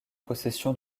possession